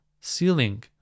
ceiling